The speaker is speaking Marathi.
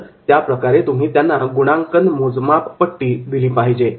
तर त्या प्रकारे तुम्ही त्यांना गुणांकन मोजमाप पट्टी दिली पाहिजे